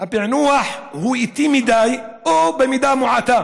הפענוח הוא איטי מדי או במידה מועטה